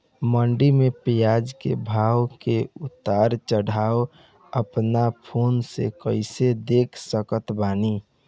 मंडी मे प्याज के भाव के उतार चढ़ाव अपना फोन से कइसे देख सकत बानी?